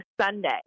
Sunday